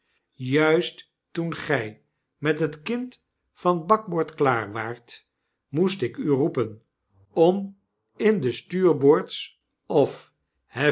juist toen gy met het kind van bakboord klaar waart moest ik n roepen om in de stuurboords